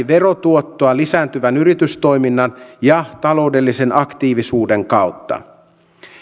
verotuottoa lisääntyvän yritystoiminnan ja taloudellisen aktiivisuuden kautta